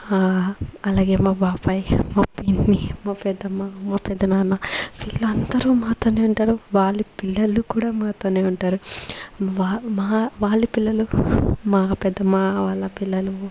అలాగే మా బాబాయ్ మా పిన్ని మా పెద్దమ్మ మా పెద్దనాన్న వీళ్ళందరూ మాతోనే ఉంటారు వాళ్ళ పిల్లలు కూడా మాతోనే ఉంటారు వా మా వాళ్ళ పిల్లలు మా పెద్దమ్మ వాళ్ళ పిల్లలు